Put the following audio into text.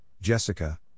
Jessica